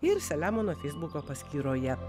ir selemono feisbuko paskyroje